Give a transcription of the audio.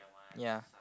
ya